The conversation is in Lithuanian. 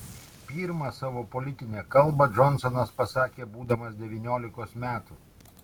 pirmą savo politinę kalbą džonsonas pasakė būdamas devyniolikos metų